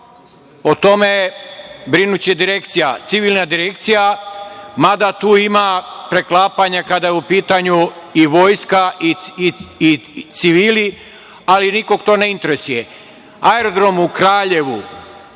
o tome brinuće civilna direkcija, mada tu ima preklapanja kada je u pitanju i Vojska i civili, ali nikoga to ne interesuje. Aerodrom u Kraljevu